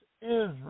Israel